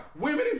Women